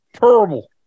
Terrible